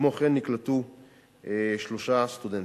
וכמו כן נקלטו שלושה סטודנטים.